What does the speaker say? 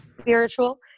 spiritual